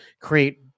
create